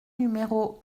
numéro